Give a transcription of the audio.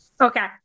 Okay